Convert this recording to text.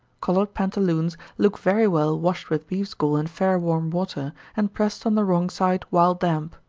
colored pantaloons look very well washed with beef's gall and fair warm water, and pressed on the wrong side while damp.